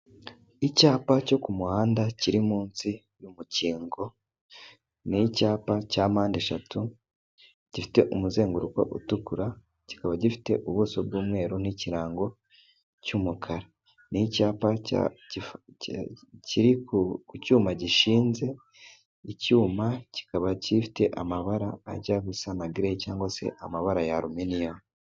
Icyapa cyo ku muhanda kiri munsi y'umukingo ni icyapa cya mpandeshatu gifite umuzenguruko utukura, kikaba gifite ubuso bw'umweru n'ikirango cy'umukara. Ni icyapa kiri ku cyuma gishinze, icyuma kikaba gifite amabara ajya gusa na gereyi cyangwag se amabara ya aruminiyumu.